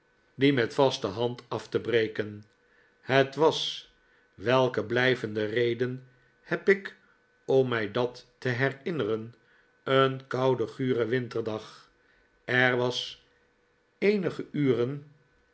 dien met vaste hand af te breken het was welke blijvende reden heb ik om mij dat te herinneren een koude gure winterdag er was eenige uren